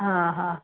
ହଁ ହଁ